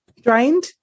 Drained